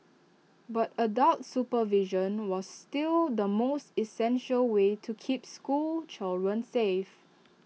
but adult supervision was still the most essential way to keep school children safe